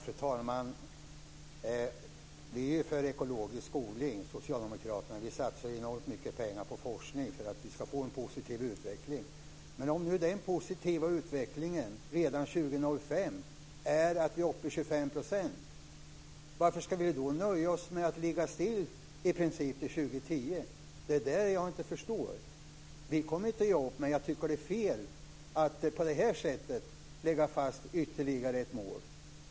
Fru talman! Vi socialdemokrater är ju för ekologisk odling. Vi satsar enormt mycket pengar på forskning för att vi ska få en positiv utveckling. Men om nu den positiva utvecklingen redan 2005 är att vi är uppe i 25 %, varför ska vi då nöja oss med att ligga i princip stilla till 2010? Det är det jag inte förstår. Vi kommer inte att ge upp, men jag tycker att det är fel att på det här sättet lägga fast ytterligare ett mål.